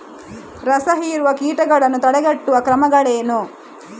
ರಸಹೀರುವ ಕೀಟಗಳನ್ನು ತಡೆಗಟ್ಟುವ ಕ್ರಮಗಳೇನು?